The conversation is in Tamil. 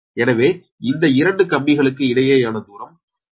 எனவே இந்த இரண்டு கம்பிகளுக்கு இடையேயான தூரம் 1